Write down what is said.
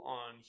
on